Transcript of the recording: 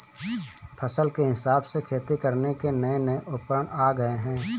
फसल के हिसाब से खेती करने के नये नये उपकरण आ गये है